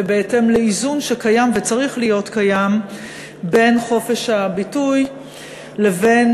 ובהתאם לאיזון שקיים וצריך להיות קיים בין חופש הביטוי לבין,